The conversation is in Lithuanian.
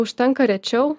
užtenka rečiau